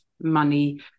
money